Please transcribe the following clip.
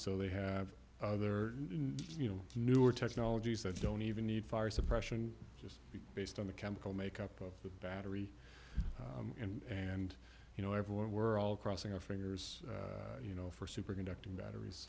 so they have other you know newer technologies that don't even need fire suppression just based on the chemical makeup of the battery and you know everyone we're all crossing our fingers you know for superconducting batteries